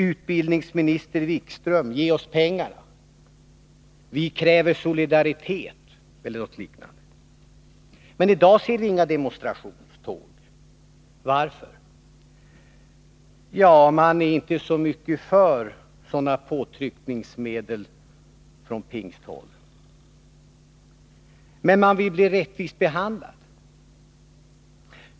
Utbildningsminister Wikström — ge oss pengarna! Vi kräver solidaritet! Meni dag ser vi inga demonstrationståg. Varför? Jo, man är inte så mycket för sådana påtryckningsmedel från Pingsthåll. Men man vill bli rättvist behandlad.